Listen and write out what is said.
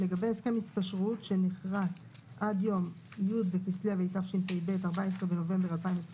לגבי הסכם התקשרות שנכרת עד יום י' בכסלו התשפ"ב (14 בנובמבר 2021)